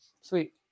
Sweet